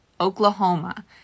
Oklahoma